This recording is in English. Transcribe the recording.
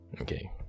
Okay